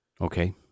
Okay